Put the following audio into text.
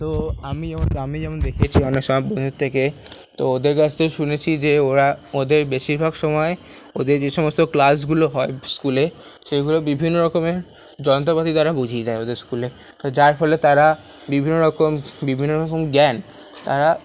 তো আমি আমি যেমন দেখেছি অন্য সব বন্ধুর থেকে তো ওদের কাছ থেকে শুনেছি যে ওরা ওদের বেশিরভাগ সময় ওদের যে সমস্ত ক্লাসগুলো হয় স্কুলে সেগুলো বিভিন্ন রকমের যন্ত্রপাতি দ্বারা বুঝিয়ে দেয় ওদের স্কুলে তো যার ফলে তারা বিভিন্নরকম বিভিন্নরকম জ্ঞান তারা